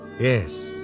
Yes